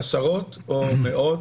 עשרות או מאות?